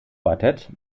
quartett